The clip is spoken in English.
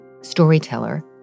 storyteller